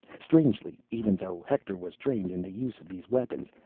strangely, even though hector was trained in the use of these weapons,